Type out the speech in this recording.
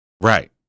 Right